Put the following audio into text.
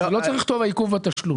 לא צריך לכתוב 'העיכוב בתשלום',